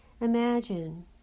imagine